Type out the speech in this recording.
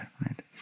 right